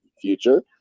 future